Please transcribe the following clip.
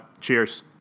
Cheers